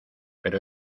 pero